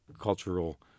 cultural